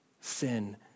sin